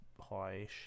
high-ish